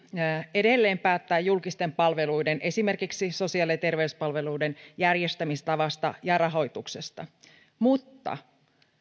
edelleen päättää julkisten palveluiden esimerkiksi sosiaali ja terveyspalveluiden järjestämistavasta ja rahoituksesta mutta